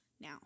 now